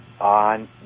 on